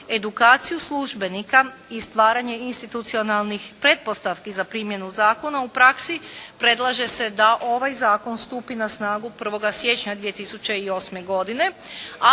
edukaciju službenika i stvaranje institucionalnih pretpostavki za primjenu zakona u praksi predlaže se da ovaj zakon stupi na snagu 1. siječnja 2008. godine,